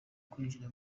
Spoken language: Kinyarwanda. kwinjira